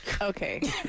Okay